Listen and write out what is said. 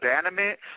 abandonment